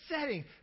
setting